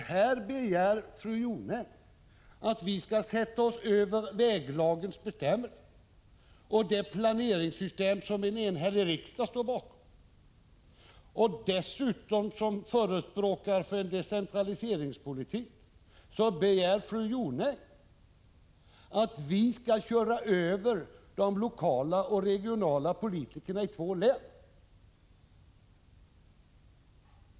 Men här begär fru Jonäng att vi skall sätta oss över väglagens bestämmelser och det planeringssystem som en enhällig riksdag står bakom. Dessutom begär fru Jonäng som förespråkare för decentraliseringspolitik att vi skall köra över de lokala och regionala politikerna i två län.